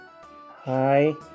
hi